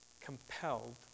compelled